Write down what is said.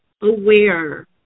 aware